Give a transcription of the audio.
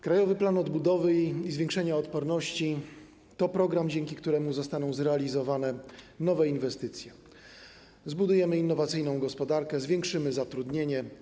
Krajowy Plan Odbudowy i Zwiększania Odporności to program, dzięki któremu zostaną zrealizowane nowe inwestycje, zbudujemy innowacyjną gospodarkę, zwiększymy zatrudnienie.